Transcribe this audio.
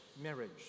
Marriage